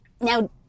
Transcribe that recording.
now